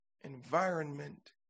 environment